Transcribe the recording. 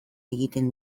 egiten